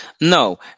No